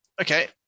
okay